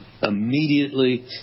immediately